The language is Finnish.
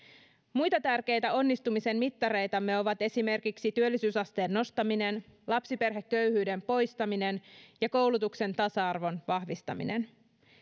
muita tärkeitä onnistumisen mittareitamme ovat esimerkiksi työllisyysasteen nostaminen lapsiperheköyhyyden poistaminen ja koulutuksen tasa arvon vahvistaminen